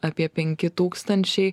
apie penki tūkstančiai